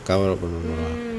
கவலை படனுமா:kavala padanumaa